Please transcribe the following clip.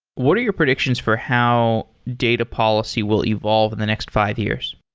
what are your predictions for how data policy will evolve in the next five years?